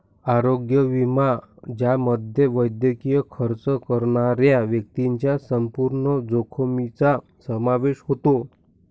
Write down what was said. आरोग्य विमा ज्यामध्ये वैद्यकीय खर्च करणाऱ्या व्यक्तीच्या संपूर्ण जोखमीचा समावेश होतो